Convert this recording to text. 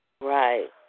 Right